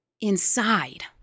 inside